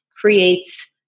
creates